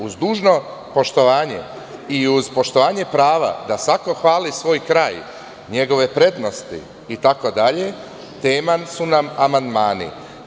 Uz dužno poštovanje i uz poštovanje prava da svako hvali svoj kraj, njegove prednosti itd, tema su nam amandmani.